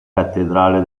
cattedrale